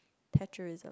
Thatcherism